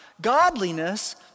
Godliness